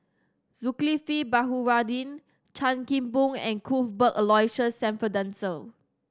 Zulkifli Baharudin Chan Kim Boon and Cuthbert Aloysius Shepherdson